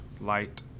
light